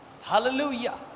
Hallelujah